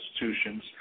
institutions